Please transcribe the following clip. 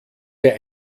der